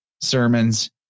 sermons